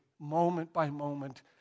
moment-by-moment